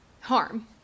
harm